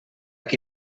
qui